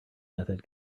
method